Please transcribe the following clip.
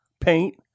paint